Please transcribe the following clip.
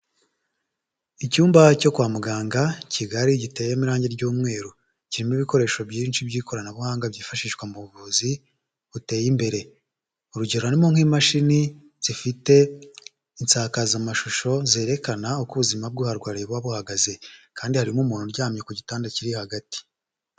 Icyumba cyo kwa muganga kigari giteyemo irangi ry'umweru. Kirimo ibikoresho byinshi by'ikoranabuhanga byifashishwa mu buvuzi buteye imbere. Urugero harimo nk'imashini zifite insakazamashusho zerekana uko ubuzima bw'uharwariye buba buhagaze. Kandi harimo umuntu uryamye ku gitanda kiri hagati.